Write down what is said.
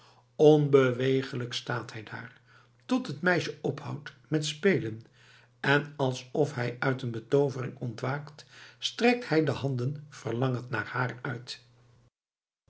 onbeweeglijk staat hij daar totdat het meisje ophoudt met spelen en alsof hij uit een betoovering ontwaakt strekt hij de handen verlangend naar haar uit